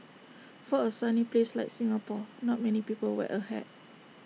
for A sunny place like Singapore not many people wear A hat